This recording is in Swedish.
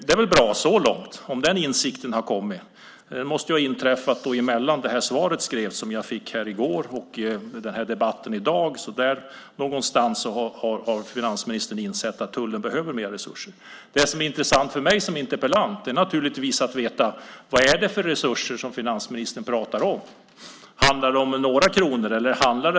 Det är väl bra om den insikten har kommit. Den måste ha inträffat mellan att det här svaret skrevs, som jag fick i går, och att vi har den här debatten i dag. Där någonstans har finansministern insett att tullen behöver mer resurser. Det som är intressant för mig som interpellant är naturligtvis att veta vad det är för resurser som finansministern pratar om. Handlar det om några kronor?